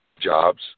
jobs